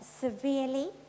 severely